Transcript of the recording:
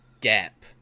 gap